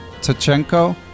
Tachenko